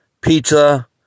pizza